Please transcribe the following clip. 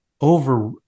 over